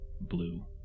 blue